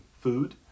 food